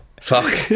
Fuck